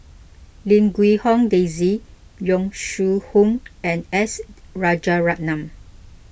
Lim Quee Hong Daisy Yong Shu Hoong and S Rajaratnam